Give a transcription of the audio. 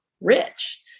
rich